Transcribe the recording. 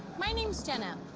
my name's jenna,